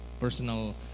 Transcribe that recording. personal